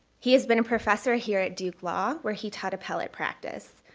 he has been a professor here at duke law where he taught appellate practice.